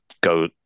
go